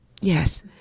Yes